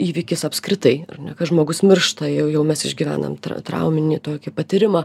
įvykis apskritai ar ne kad žmogus miršta jau jau mes išgyvenam trauminį tokį patyrimą